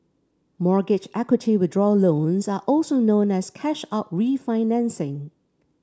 mortgage equity withdrawal loans are also known as cash out refinancing